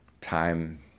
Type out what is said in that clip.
Time